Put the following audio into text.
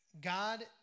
God